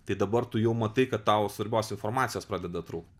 tai dabar tu jau matai kad tau svarbios informacijos pradeda trūkt